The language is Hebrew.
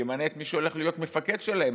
הוא ימנה את מי שהולך להיות מפקד שלהם.